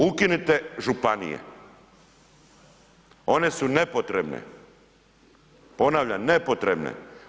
Ukinite županije one su nepotrebne, ponavljam nepotrebne.